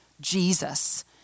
Jesus